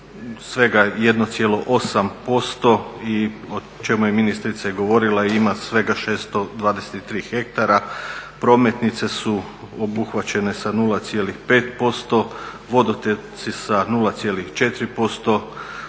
svega 1,8% o čemu je ministrica govorila i ima svega 623 hektara. Prometnice su obuhvaćene sa 0,5%, vodotoci sa 0,4%,